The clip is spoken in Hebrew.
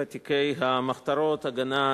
ותיקי המחתרות "ההגנה",